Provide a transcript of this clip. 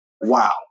wow